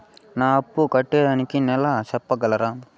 నా అప్పు కట్టేదానికి నెల సెప్పగలరా?